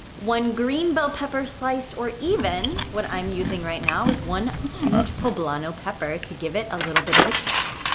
one green bell pepper sliced, or even what i'm using right now is one huge poblano pepper to give it a little bit of a kick.